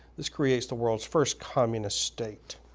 this creates the world's first communist state.